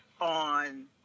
on